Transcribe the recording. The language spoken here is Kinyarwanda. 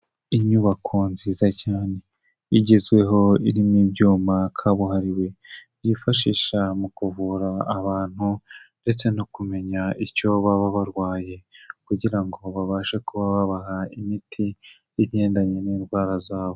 Inyubako nziza cyane igezweho irimo ibyuma kabuhariwe byifashisha mu kuvura abantu ndetse no kumenya icyo baba barwaye kugira ngo babashe kuba babaha imiti igendanye n'indwara zabo.